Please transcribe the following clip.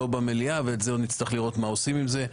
לא במליאה ועוד נצטרך לראות מה עושים עם זה.